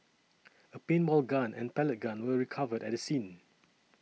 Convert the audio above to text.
a paintball gun and pellet gun were recovered at the scene